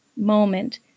moment